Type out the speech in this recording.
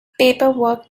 paperwork